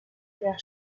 père